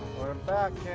we're back